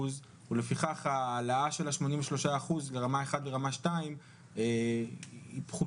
ולפיכך ההעלאה של ה-83 שקלים לרמה 1 ולרמה 2 היא פחותה.